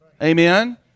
Amen